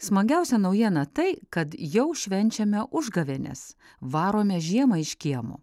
smagiausia naujiena tai kad jau švenčiame užgavėnes varome žiemą iš kiemo